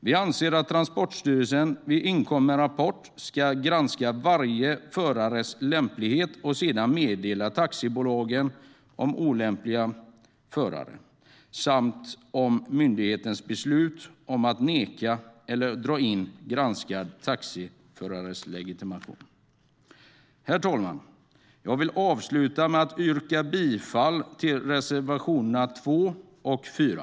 Vi anser att Transportstyrelsen vid inkommen rapport ska granska varje förares lämplighet och sedan meddela taxibolagen om olämpliga förare samt om myndighetens beslut att neka eller dra in en granskad taxiförares legitimation. Herr talman! Jag vill avsluta med att yrka bifall till reservationerna 2 och 4.